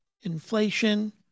inflation